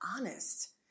honest